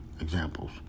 examples